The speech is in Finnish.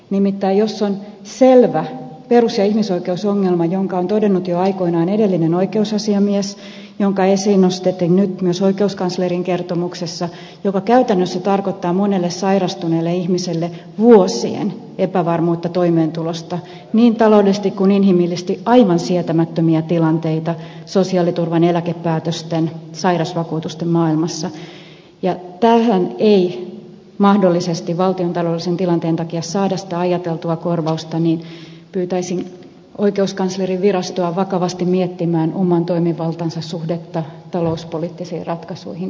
nimittäin jos on selvä perus ja ihmisoikeusongelma jonka on todennut jo aikoinaan edellinen oikeusasiamies joka esiin nostettiin nyt myös oikeuskanslerin kertomuksessa joka käytännössä tarkoittaa monelle sairastuneelle ihmiselle vuosien epävarmuutta toimeentulosta niin taloudellisesti kuin inhimillisesti aivan sietämättömiä tilanteita sosiaaliturvan eläkepäätösten sairausvakuutusten maailmassa eikä tähän ei mahdollisesti valtion taloudellisen tilanteen takia saada sitä ajateltua korvausta niin pyytäisin oikeuskanslerinvirastoa vakavasti miettimään oman toimivaltansa suhdetta talouspoliittisiin ratkaisuihin tältä osin